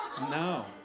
no